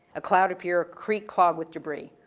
a cloud appear, a creek clog with debris?